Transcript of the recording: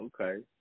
Okay